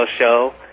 show